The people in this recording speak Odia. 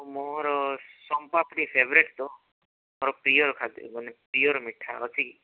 ଆଉ ମୋର ସଂପାମ୍ପୁଡ଼ି ଫେଭୋରେଟ୍ ତ ପ୍ରିୟର ଖାଦ୍ୟ ମାନେ ପ୍ରିୟର ମିଠା ଅଛି